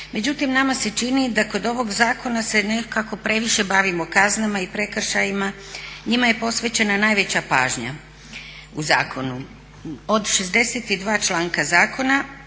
međutim nama se čini da kod ovog zakona se nekako previše bavimo kaznama i prekršajima. Njima je posvećena najveća pažnja u zakonu. Od 62 članka zakona,